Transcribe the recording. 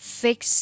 fix